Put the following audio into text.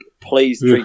please